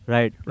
Right